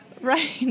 Right